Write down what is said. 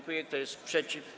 Kto jest przeciw?